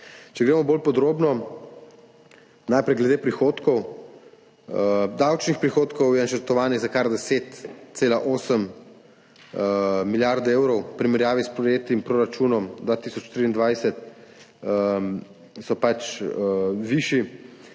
Če gremo bolj podrobno. Najprej glede prihodkov. Davčnih prihodkov je načrtovanih za kar 10,8 milijarde evrov, v primerjavi s sprejetim proračunom 2023 so pač višji.